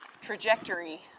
trajectory